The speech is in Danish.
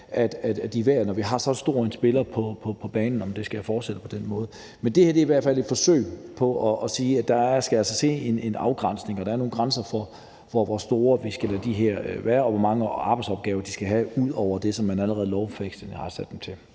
at diskutere, når vi har så stor en spiller på banen, om det skal fortsætte på den måde. Men det her er i hvert fald et forsøg på at sige, at der altså skal ske en afgrænsning, og at der er nogle grænser for, hvor store vi skal lade dem her være, og hvor mange arbejdsopgaver de skal have ud over det, som man allerede lovfæstet har sat dem til,